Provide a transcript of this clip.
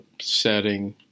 setting